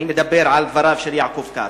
אני מדבר על דבריו של יעקב כץ.